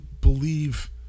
believe